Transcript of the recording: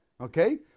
Okay